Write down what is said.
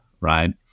right